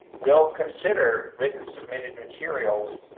will consider written submitted materials